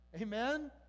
Amen